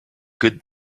good